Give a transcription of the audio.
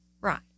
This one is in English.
Right